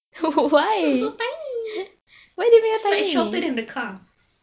so so tiny is like shorter than the car